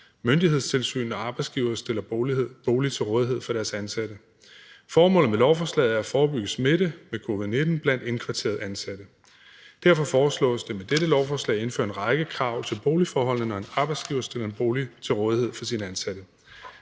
myndighedstilsyn, når arbejdsgiverne stiller en bolig til rådighed for deres ansatte. Formålet med lovforslaget er at forebygge smitte med covid-19 blandt indkvarterede ansatte. Derfor foreslås det med dette lovforslag at indføre en række krav til boligforholdene, når en arbejdsgiver stiller en bolig til rådighed for sine ansatte.